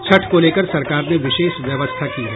छठ को लेकर सरकार ने विशेष व्यवस्था की है